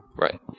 Right